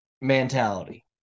mentality